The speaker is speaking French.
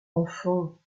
enfant